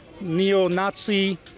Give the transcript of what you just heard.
neo-Nazi